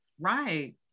Right